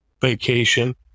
vacation